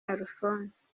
alphonse